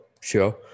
sure